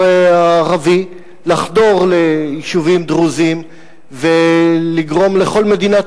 הערבי לחדור ליישובים דרוזיים ולגרום לכל מדינת